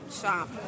shop